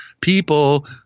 people